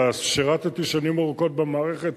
ושירתי שנים ארוכות במערכת,